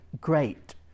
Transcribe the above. great